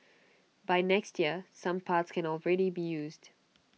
by next year some parts can already be used